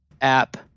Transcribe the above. app